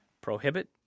prohibit